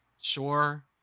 Sure